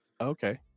Okay